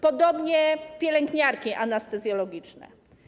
Podobnie pielęgniarki anestezjologiczne.